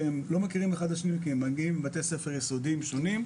שהם לא מכירים אחד את השני כי הם מגיעים מבתי ספר יסודיים שונים.